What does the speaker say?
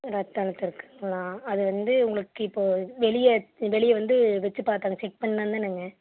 ரத்த அழுத்தம் இருக்குதுங்களா அது வந்து உங்களுக்கு இப்போது வெளியே வெளியே வந்து வச்சு பார்த்தாங்க செக் பண்ணாங்கதானங்க